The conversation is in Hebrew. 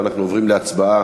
ואנחנו עוברים להצבעה